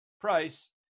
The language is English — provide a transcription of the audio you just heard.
price